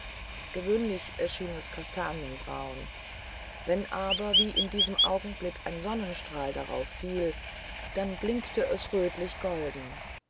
gewöhnlich erschien es kastanienbraun wenn aber wie in diesem augenblicke ein sonnenstrahl darauf fiel dann blinkte es rötlich golden